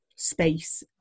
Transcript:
space